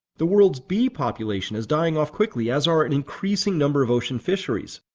the world's bee population is dying off quickly, as are an increasingly number of ocean fisheries.